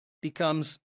becomes